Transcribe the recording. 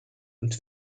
und